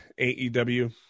AEW